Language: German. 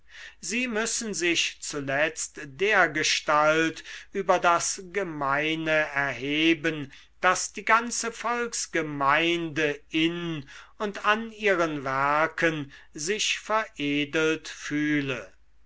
sie müssen sich zuletzt dergestalt über das gemeine erheben daß die ganze volksgemeinde in und an ihren werken sich veredelt fühle